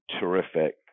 terrific